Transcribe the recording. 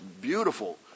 beautiful